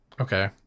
Okay